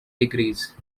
degrees